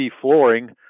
Flooring